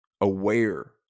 aware